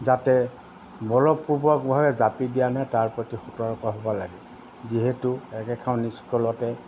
যাতে বল পূৰ্ৱকভাৱে জাপি দিয়া নাই তাৰ প্ৰতি সতৰ্ক হ'ব লাগে যিহেতু একেখন স্কুলতে